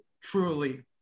truly